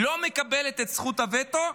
לא מקבלת את זכות הווטו,